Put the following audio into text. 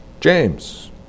James